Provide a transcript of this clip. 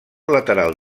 lateral